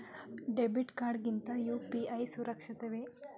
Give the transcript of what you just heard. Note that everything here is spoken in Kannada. ಡೆಬಿಟ್ ಕಾರ್ಡ್ ಗಿಂತ ಯು.ಪಿ.ಐ ಸುರಕ್ಷಿತವೇ?